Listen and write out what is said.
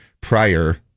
prior